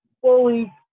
fully